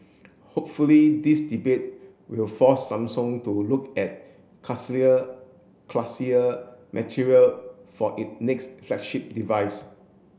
hopefully this debate will force Samsung to look at classier material for it next flagship device